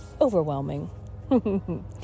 overwhelming